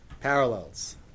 parallels